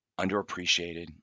underappreciated